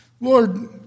Lord